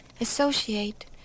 associate